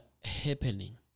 happening